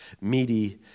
meaty